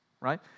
right